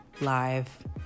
live